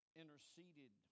interceded